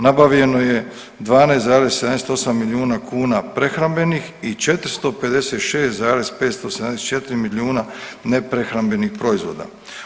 Nabavljeno je 12,78 milijuna kuna prehrambenih i 456,574 milijuna neprehrambenih proizvoda.